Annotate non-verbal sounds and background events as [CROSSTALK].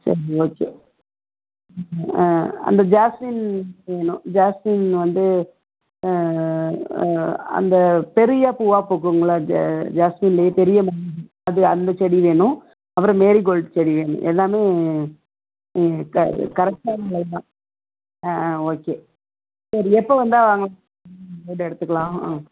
சரி ஓகே அந்த ஜாஸ்மின் வேணும் ஜாஸ்மின் வந்து அந்த பெரிய பூவாக பூக்கும்ல ஜாஸ்மின்லேயே பெரிய பூவாக அது அந்த செடி வேணும் அப்புறம் மேரிகோல்டு செடி வேணும் எல்லாம் [UNINTELLIGIBLE] ஓகே சரி எப்போது வந்தால் ம் வந்து எடுத்துக்கலாம்